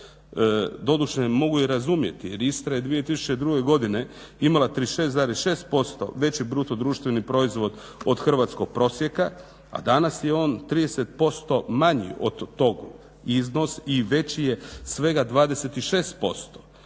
Doduše, mogu i razumjeti jer Istra je 2002. godine imala 36,6% veći BDP od hrvatskog prosjeka, a danas je on 30% manji od tog iznosa i veći svega 26%.